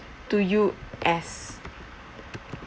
to U_S